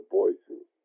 voices